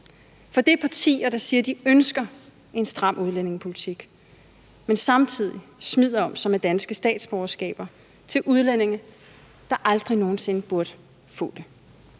for det er partier, der siger, at de ønsker en stram udlændingepolitik. Men samtidig smider de om sig med danske statsborgerskaber til udlændinge, der aldrig nogen sinde burde få det.